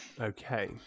okay